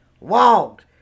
walk